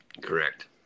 Correct